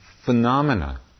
phenomena